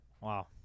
Wow